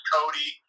Cody